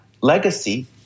legacy